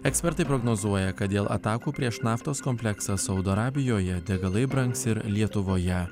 ekspertai prognozuoja kad dėl atakų prieš naftos kompleksą saudo arabijoje degalai brangs ir lietuvoje